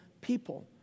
people